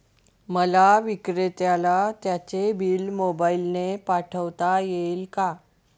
मला विक्रेत्याला त्याचे बिल मोबाईलने पाठवता येईल का?